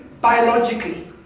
Biologically